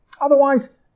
Otherwise